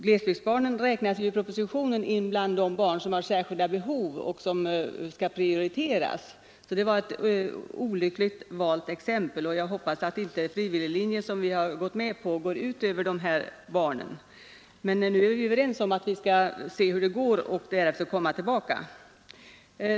Glesbygdsbarnen räknas i propositionen in bland de barn som har särskilda behov och som skall prioriteras, så det var ett olyckligt valt exempel. Jag hoppas att inte frivilliglinjen, som vi har gått med på, går ut över dessa barn. Men nu är vi ju överens om att vi skall se hur det går och därefter komma tillbaka.